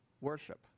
Worship